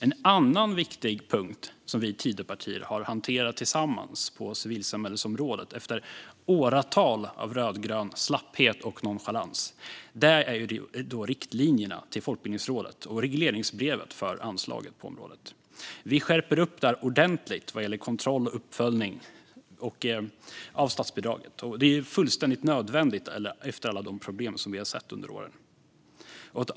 En annan viktig punkt som vi Tidöpartier har hanterat tillsammans på civilsamhällesområdet efter åratal av rödgrön slapphet och nonchalans gäller riktlinjerna till Folkbildningsrådet och regleringsbrevet för anslaget på området. Vi gör en ordentlig skärpning vad gäller kontroll och uppföljning av statsbidraget. Det är fullständigt nödvändigt efter alla de problem som vi har sett under åren.